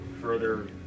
further